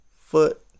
foot